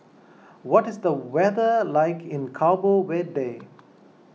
what is the weather like in Cabo Verde